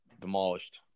demolished